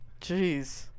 Jeez